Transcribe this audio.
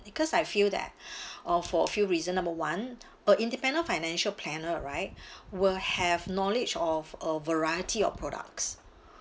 because I feel that uh for a few reason number one a independent financial planner right will have knowledge of a variety of products